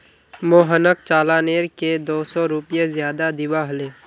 मोहनक चालानेर के दो सौ रुपए ज्यादा दिबा हले